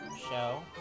show